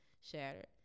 shattered